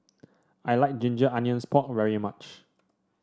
I like Ginger Onions Pork very much